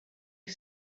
you